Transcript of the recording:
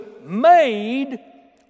made